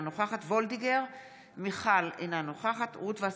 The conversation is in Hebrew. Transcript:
אינה נוכחת אריה מכלוף דרעי,